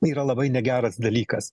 yra labai negeras dalykas